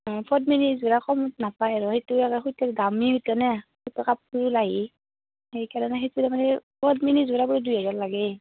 অঁ পদ্মিনী যোৰা কমত নাপায় আৰু সেইটো আৰু সেইটোৰ দামেই সেইটো না কাপোৰটোও লাহী সেইকাৰণে সেইটো তাৰমানে পদ্মিনীৰ যোৰাবোৰ দুইহাজাৰ লাগেই